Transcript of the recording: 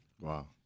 Wow